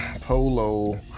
polo